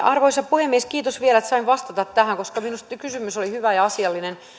arvoisa puhemies kiitos vielä että sain vastata tähän koska minusta kysymys oli hyvä ja asiallinen